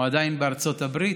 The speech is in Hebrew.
הוא עדיין בארצות הברית.